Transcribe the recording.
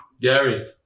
Gary